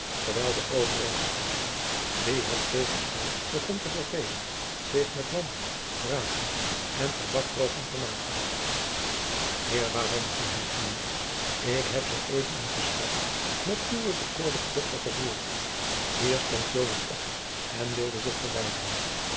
terwijl de overige gasten wien het kegelspel begon te vervelen zich met wandelen praten en tabakrooken vermaakten heer baron ving hij aan ik heb zoo even een gesprek met uwe bekoorlijke dochter gevoerd hier stond joan op en wilde zich verwijderen